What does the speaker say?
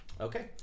Okay